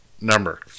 number